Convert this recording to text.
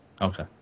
Okay